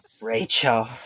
Rachel